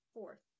Fourth